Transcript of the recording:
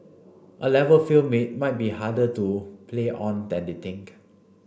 A Level field may might be harder to play on than they think